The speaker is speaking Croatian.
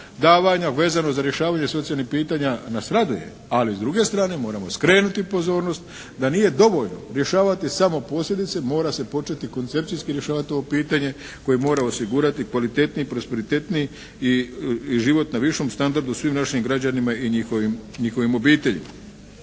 davanja vezano za rješavanje socijalnih pitanja nas raduje, ali s druge strane moramo skrenuti pozornost da nije dovoljno rješavati samo posljedice, mora se početi koncepcijski rješavati ovo pitanje koje mora osigurati kvalitetniji i prosperitetniji i život na višem standardu svim našim građanima i njihovim obiteljima.